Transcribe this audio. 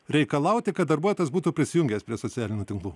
reikalauti kad darbuotojas būtų prisijungęs prie socialinių tinklų